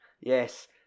Yes